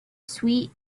sweet